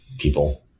people